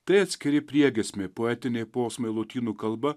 tai atskiri priegiesmiai poetiniai posmai lotynų kalba